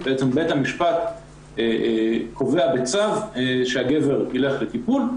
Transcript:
בעצם בית המשפט קובע בצו שהגבר ילך לטיפול,